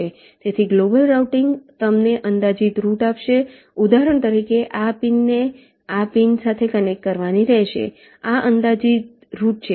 તેથી global routing તમને અંદાજિત રૂટ આપશે ઉદાહરણ તરીકે આ પિનને આ પિન સાથે કનેક્ટ કરવાની રહેશે આ અંદાજિત રૂટ છે